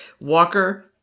walker